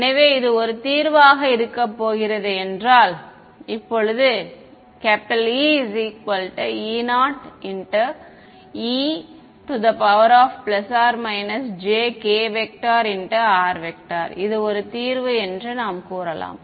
எனவேஇது ஒரு தீர்வாக இருக்கப் போகிறது என்றால் இப்போது EE0e ±jkr ஒரு தீர்வு என்று நாம் கூறலாம்